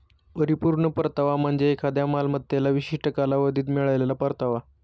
परिपूर्ण परतावा म्हणजे एखाद्या मालमत्तेला विशिष्ट कालावधीत मिळालेला परतावा